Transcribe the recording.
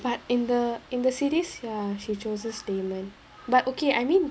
but in the in the series ya she chooses damon but okay I mean